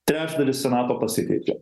trečdalis senato pasikeičia